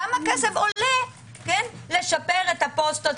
כמה כסף עולה לשפר את הפוסטה,